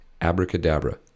Abracadabra